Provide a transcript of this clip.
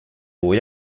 voy